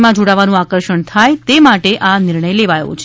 માં જોડાવાનું આકર્ષણ થાય તે માટે આ નિર્ણય લેવાયો છે